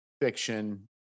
fiction